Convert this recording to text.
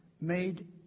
made